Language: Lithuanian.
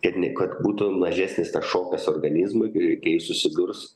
ir kad būtų mažesnis tas šokas organizmui gri kai susidurs